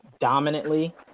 dominantly